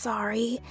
Sorry